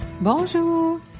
Bonjour